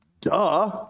Duh